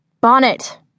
Bonnet